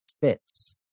fits